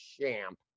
champ